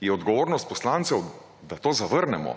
je odgovornost poslancev, da to zavrnemo